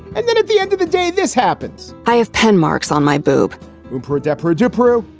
and then at the end of the day, this happens. i have pen marks on my boob. you put a desperate trip through.